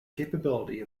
capability